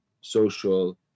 social